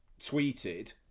tweeted